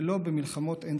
ולא במלחמות אין-סופיות.